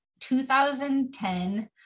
2010